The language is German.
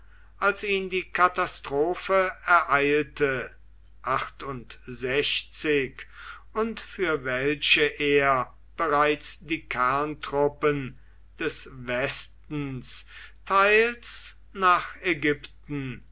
als ihn die katastrophe ereilte und für welche er bereits die kerntruppen des westens teils nach ägypten